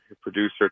producer